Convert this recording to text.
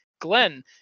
Glenn